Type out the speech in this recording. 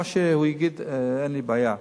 מה שהוא יגיד אין לי בעיה.